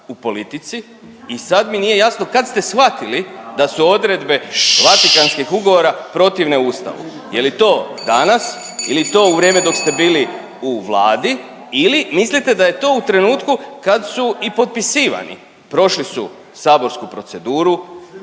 u politici i sad mi nije jasno kad ste shvatili da su odredbe Vatikanskih ugovora protivne Ustavu, je li to danas ili to u vrijeme dok ste bi li u vladi ili mislite da je to u trenutku kad su i potpisivani? Prošli su saborsku proceduru